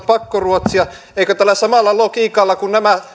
pakkoruotsia eikö tällä samalla logiikalla kun nämä